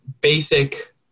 basic